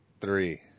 Three